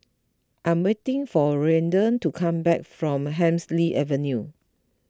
I am waiting for Ryder to come back from Hemsley Avenue